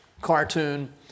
cartoon